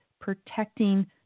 Protecting